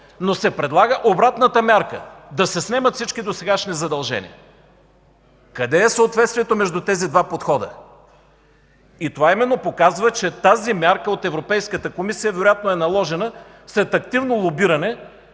но се предлага обратната мярка – да се снемат всички досегашни задължения. Къде е съответствието между тези два подхода? Това именно показва, че тази мярка от Европейската комисия вероятно е наложена след активно лобиране